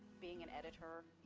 being an editor,